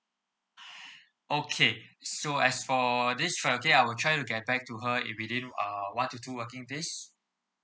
okay so as for this right okay I will try to get back to her in within uh one to two working days